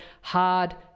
hard